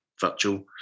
virtual